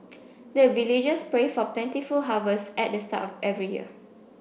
the villagers pray for plentiful harvest at the start of every year